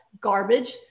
garbage